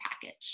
package